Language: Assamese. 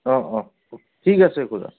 অঁ অঁ ঠিক আছে খুৰা